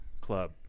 club